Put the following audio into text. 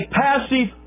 passive